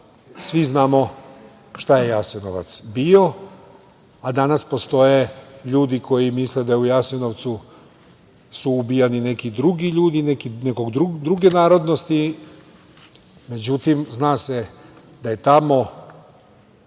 Svi znamo šta je Jasenovac bio, a danas postoje ljudi koji misle da su u Jasenovcu ubijani neki drugi ljudi, neke druge narodnosti.Međutim, zna se da je tamo